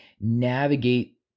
navigate